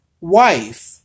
wife